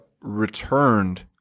returned